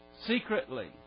secretly